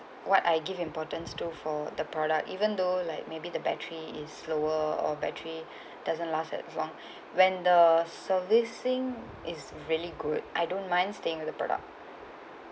what I give importance to for the product even though like maybe the battery is slower or battery doesn't last as long when the servicing is really good I don't mind staying with the product